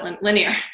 linear